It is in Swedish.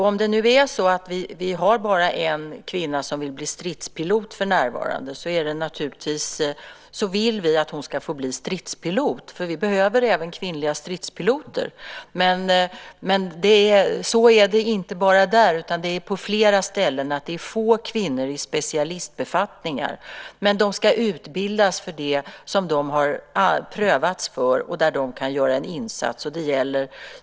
Om det nu är så att vi för närvarande bara har en kvinna som vill bli stridspilot så vill vi naturligtvis att hon ska få bli stridspilot, för vi behöver även kvinnliga stridspiloter. Så är det inte bara där utan på flera ställen. Det är få kvinnor i specialistbefattningar. Men de ska utbildas för det som de har prövats för och där de kan göra en insats.